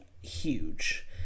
huge